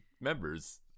members